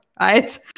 right